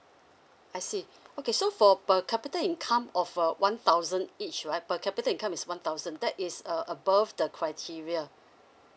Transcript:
I see okay so for per capita income of a one thousand each right per capita income is one thousand that is uh above the criteria